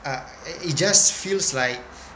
uh it just feels like